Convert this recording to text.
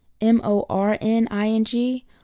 M-O-R-N-I-N-G